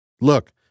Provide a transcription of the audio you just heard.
Look